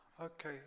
Okay